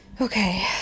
Okay